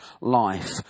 life